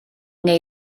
neu